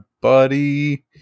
buddy